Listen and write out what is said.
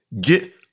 get